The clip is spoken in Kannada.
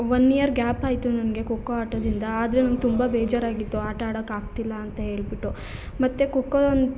ಒನ್ ಇಯರ್ ಗ್ಯಾಪ್ ಆಯಿತು ನನಗೆ ಖೋಖೋ ಆಟದಿಂದ ಆದರೆ ನಂಗೆ ತುಂಬ ಬೇಜಾರು ಆಗಿತ್ತು ಆಟ ಆಡಕ್ಕೆ ಆಗ್ತಿಲ್ಲ ಅಂತ ಹೇಳಿಬಿಟ್ಟು ಮತ್ತು ಖೋಖೋ ಅನ್